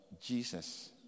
Jesus